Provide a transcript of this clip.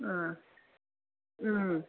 अँ अँ